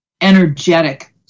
energetic